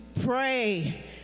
pray